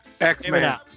X-Men